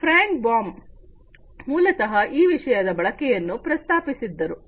Frank Baum ಮೂಲತಃ ಈ ವಿಷಯದ ಬಳಕೆಯನ್ನು ಪ್ರಸ್ತಾಪಿಸಿದ್ದರು